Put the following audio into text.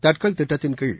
தட்கல் திட்டத்தின்கீழ்